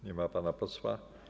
Nie ma pana posła?